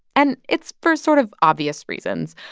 and it's for sort of obvious reasons.